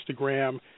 Instagram